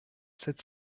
sept